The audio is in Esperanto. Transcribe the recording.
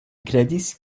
kredis